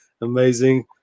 amazing